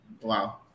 Wow